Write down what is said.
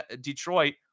Detroit